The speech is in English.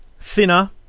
thinner